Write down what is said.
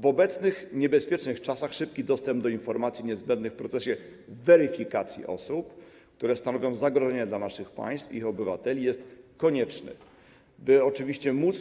W obecnych, niebezpiecznych czasach szybki dostęp do informacji niezbędnych w procesie weryfikacji osób, które stanowią zagrożenie dla naszych państw i ich obywateli, jest konieczne, by oczywiście móc